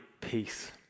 peace